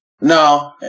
no